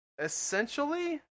Essentially